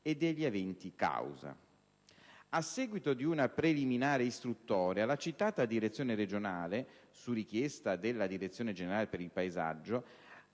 e degli aventi causa. A seguito di una preliminare istruttoria, la citata direzione regionale, su richiesta della Direzione generale per il paesaggio,